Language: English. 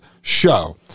show